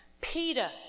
Peter